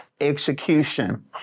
execution